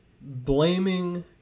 blaming